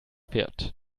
pferd